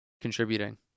contributing